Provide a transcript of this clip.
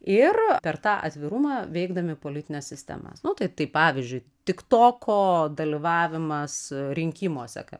ir per tą atvirumą veikdami politines sistemas nu tai tai pavyzdžiui tiktoko dalyvavimas rinkimuose ką